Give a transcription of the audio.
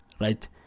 Right